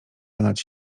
ponad